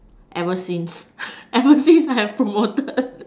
ever since ever since I have promoted